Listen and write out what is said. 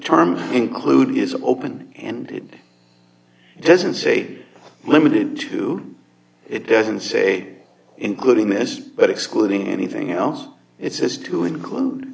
term include is open and it doesn't say limited to it doesn't say including this but excluding anything else it says to